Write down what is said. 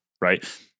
right